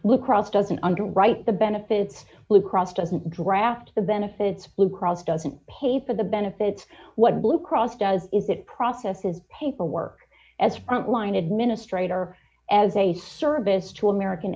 blue cross doesn't underwrite the benefits blue cross doesn't draft the benefits of blue cross doesn't pay for the benefits what blue cross does is it processes paperwork as frontline administrator as a service to american